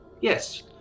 Yes